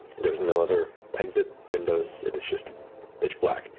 there is no other exit windows, it is just pitch black.